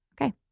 Okay